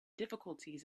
difficulties